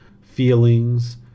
feelings